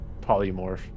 polymorph